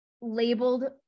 labeled